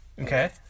Okay